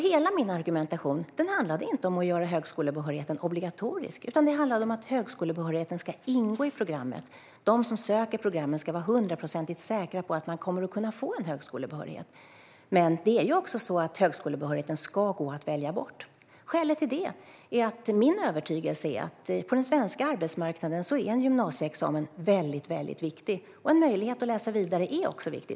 Hela min argumentation handlade inte om att göra högskolebehörigheten obligatorisk, utan den handlade om att högskolebehörigheten ska ingå i programmet. De som söker programmen ska vara hundraprocentigt säkra på att de kommer att kunna få en högskolebehörighet. Men högskolebehörigheten ska kunna gå att välja bort. Skälet till det är min övertygelse att på den svenska arbetsmarknaden är en gymnasieexamen väldigt viktig. En möjlighet att läsa vidare är också viktig.